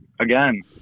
Again